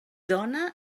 dona